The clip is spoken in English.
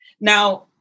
Now